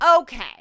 Okay